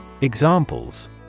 Examples